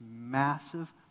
massive